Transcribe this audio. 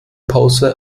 pause